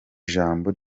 ijambo